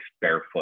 barefoot